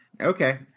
Okay